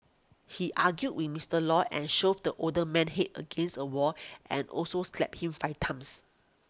he argued with Mister Lew and shoved the older man's head against a wall and also slapped him five times